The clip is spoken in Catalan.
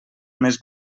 més